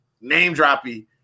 name-droppy